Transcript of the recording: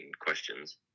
questions